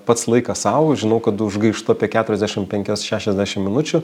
pats laikas sau žinau kad užgaištu apie keturiasdešim penkias šešiasdešim minučių